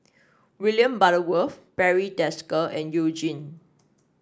William Butterworth Barry Desker and You Jin